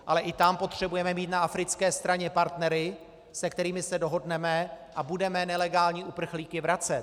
Ale i tam potřebujeme mít na africké straně partnery, se kterými se dohodneme, a budeme nelegální uprchlíky vracet.